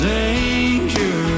danger